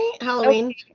halloween